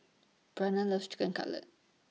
Bryana loves Chicken Cutlet